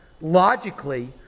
logically